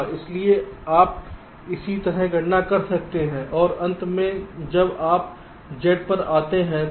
इसलिए आप इसी तरह गणना कर सकते हैं और अंत में जब आप Z पर आते हैं तो LZ 0 0 NOR होगा